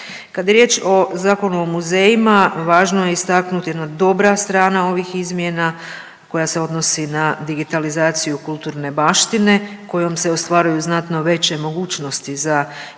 Kada je riječ o Zakonu o muzejima važno je istaknuti jedna dobra strana ovih izmjena koja se odnosi na digitalizaciju kulturne baštine kojom se ostvaruju znatno veće mogućnosti za njezinu